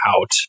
out